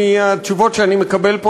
מהתשובות שאני מקבל פה,